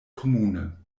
komune